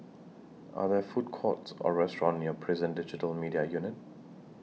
Are There Food Courts Or restaurants near Prison Digital Media Unit